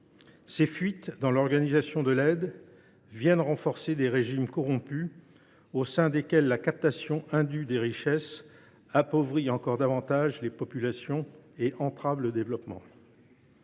Ces fuites dans l’organisation de l’aide viennent renforcer des régimes corrompus ; la captation indue des richesses appauvrit encore davantage les populations et entrave le développement.